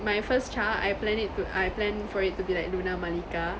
my first child I plan it to I plan for it to be like luna malika